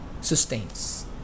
sustains